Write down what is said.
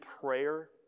prayer